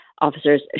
officers